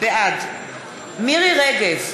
בעד מירי רגב,